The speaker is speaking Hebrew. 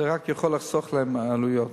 זה רק יכול לחסוך להם עלויות.